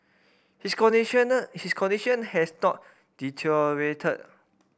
his his condition has not deteriorated